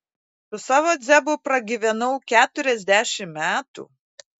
su savo dziabu pragyvenau keturiasdešimt metų